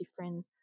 different